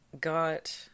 got